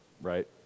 right